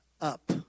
up